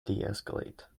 deescalate